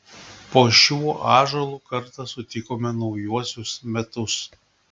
po šiuo ąžuolu kartą sutikome naujuosius metus